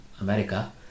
America